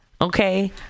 okay